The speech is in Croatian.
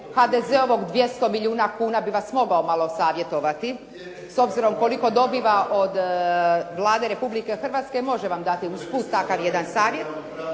HDZ-ovog 200 milijuna kuna bi vas mogao malo savjetovati, s obzirom koliko dobiva od Vlade Republike Hrvatske može vam dati usput takav jedan savjet.